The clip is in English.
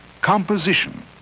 composition